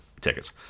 tickets